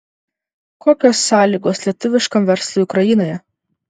kokios sąlygos lietuviškam verslui ukrainoje